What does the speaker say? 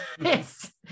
Yes